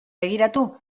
begiratu